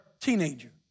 teenager